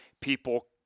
people